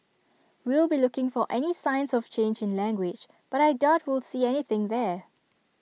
we'll be looking for any signs of change in language but I doubt we'll see anything there